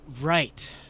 Right